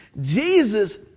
Jesus